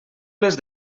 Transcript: les